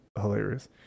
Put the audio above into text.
hilarious